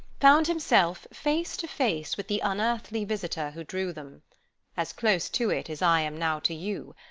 found himself face to face with the unearthly visitor who drew them as close to it as i am now to you,